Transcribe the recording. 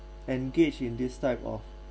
engage in this type of